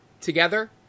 together